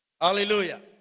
Hallelujah